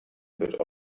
wird